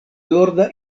norda